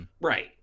Right